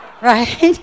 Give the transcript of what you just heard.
right